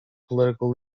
political